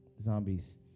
Zombies